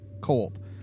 cold